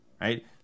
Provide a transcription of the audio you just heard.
right